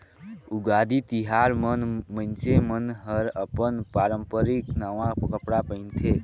उगादी तिहार मन मइनसे मन हर अपन पारंपरिक नवा कपड़ा पहिनथे